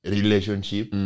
Relationship